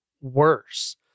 worse